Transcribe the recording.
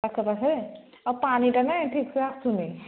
ଆଖପାଖରେ ଆଉ ପାଣିଟା ନାଇଁ ଠିକ୍ ସେେ ଆସୁନି